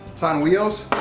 it's on wheels.